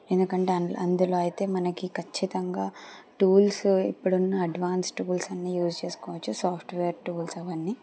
ఎందుకంటే అందులో అయితే మనకి ఖచ్చితంగా టూల్స్ ఇప్పుడున్న అడ్వాన్స్డ్ టూల్స్ అన్నీ యూస్ చేసుకోవచ్చు సాఫ్ట్వేర్ టూల్స్ అవన్నీ